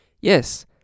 Yes